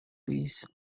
please